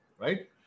Right